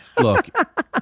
look